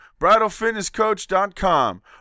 bridalfitnesscoach.com